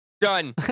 Done